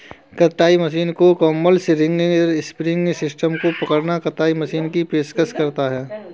कताई मशीनों को कॉम्बर्स, रिंग स्पिनिंग सिस्टम को कपड़ा कताई मशीनरी की पेशकश करते हैं